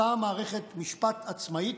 אותה מערכת משפט עצמאית,